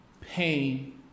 pain